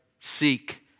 Seek